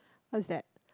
what is that